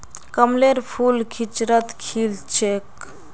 कमलेर फूल किचड़त खिल छेक